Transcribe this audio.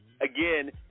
again